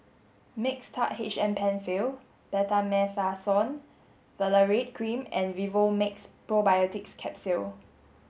Mixtard H M Penfill Betamethasone Valerate Cream and Vivomixx Probiotics Capsule